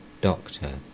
Doctor